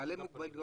בעלי מוגבלויות.